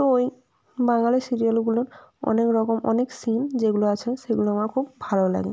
তো ওই বাঙালি সিরিয়ালগুলোর অনেক রকম অনেক সিন যেগুলো আছে সেগুলো আমার খুব ভালো লাগে